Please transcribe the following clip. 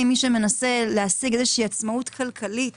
מי שמנסה להשיג איזו שהיא עצמאות כלכלית